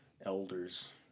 elders